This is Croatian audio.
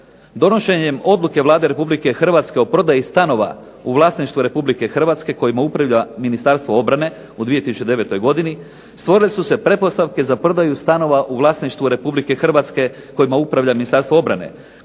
Donošenjem odluke Vlade Republike Hrvatske o prodaji stanova u vlasništvu Republike Hrvatske kojima upravlja Ministarstvo obrane u 2009. godini, stvorile su se pretpostavke za prodaju stanova u vlasništvu Republike Hrvatske kojima upravlja Ministarstvo obrane